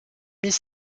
mis